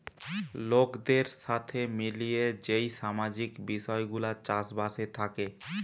লোকদের সাথে মিলিয়ে যেই সামাজিক বিষয় গুলা চাষ বাসে থাকে